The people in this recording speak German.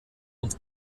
und